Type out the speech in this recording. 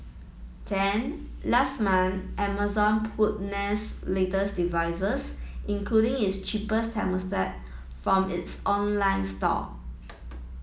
then last month Amazon pulled Nest's latest devices including its cheaper thermostat from its online store